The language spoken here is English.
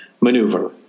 maneuver